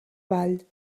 vall